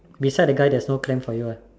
beside the guy there's no clam for you ah